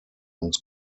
uns